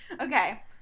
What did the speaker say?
Okay